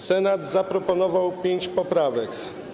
Senat zaproponował pięć poprawek.